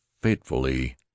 fatefully